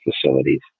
facilities